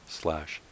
slash